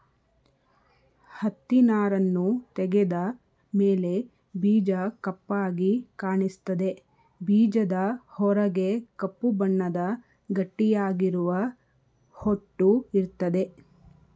ಹತ್ತಿನಾರನ್ನು ತೆಗೆದ ಮೇಲೆ ಬೀಜ ಕಪ್ಪಾಗಿ ಕಾಣಿಸ್ತದೆ ಬೀಜದ ಹೊರಗೆ ಕಪ್ಪು ಬಣ್ಣದ ಗಟ್ಟಿಯಾಗಿರುವ ಹೊಟ್ಟು ಇರ್ತದೆ